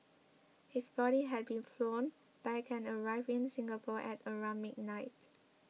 his body had been flown back and arrived in Singapore at around midnight